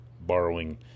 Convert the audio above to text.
borrowing